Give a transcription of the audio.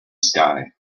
sky